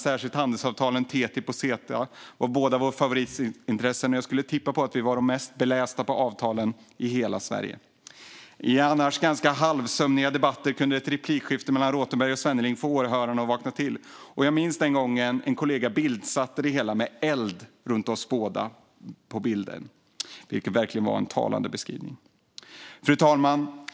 Särskilt handelsavtalen TTIP och Ceta var favoritintressen för oss båda, och jag skulle tippa att vi var de mest belästa i hela Sverige när det gäller de avtalen. I annars ganska halvsömniga debatter kunde ett replikskifte mellan Rothenberg och Svenneling få åhörarna att vakna till. Jag minns den gången en kollega bildsatte det hela med eld runt oss båda. Det var verkligen en talande beskrivning. Fru talman!